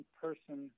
person